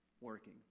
working